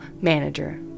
manager